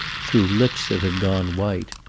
through lips that had gone white.